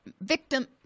victim